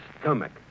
stomach